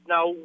Now